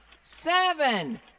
seven